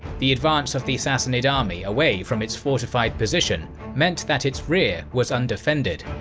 the advance of the sassanid army away from its fortified position meant that its rear was undefended.